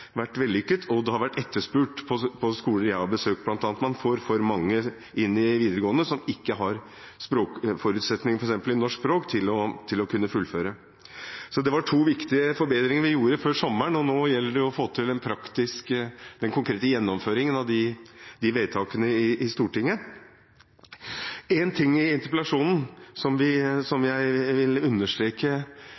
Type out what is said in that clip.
vellykket, og det har vært etterspurt, bl.a. på skoler jeg har besøkt. Man får for mange inn i videregående som ikke har språkforutsetninger, f.eks. i norsk, for å kunne fullføre. Så det var to viktige forbedringer vi gjorde før sommeren. Nå gjelder det å få til den praktiske, konkrete gjennomføringen av de vedtakene i Stortinget. Det er en ting fra den interpellasjonen jeg vil understreke i dag, som